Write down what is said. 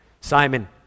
Simon